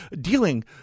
dealing